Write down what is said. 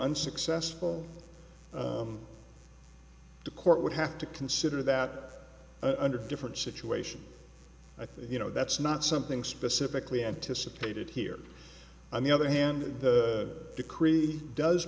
unsuccessful the court would have to consider that under different situations i think you know that's not something specifically anticipated here on the other hand the decree does